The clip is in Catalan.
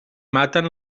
maten